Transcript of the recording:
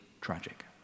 tragic